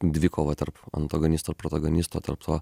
dvikova tarp antagonisto ir protagonisto tarp to